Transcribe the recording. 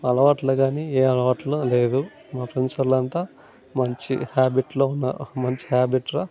అలవాట్లు కానీ ఏ అలవాట్లు లేవు మా ఫ్రెండ్స్ వాళ్ళంతా మంచి హేబిట్లో ఉన్నా మంచి హేబిట్లో